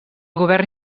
govern